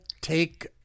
take